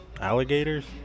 alligators